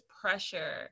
pressure